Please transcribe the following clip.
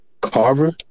Carver